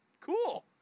Cool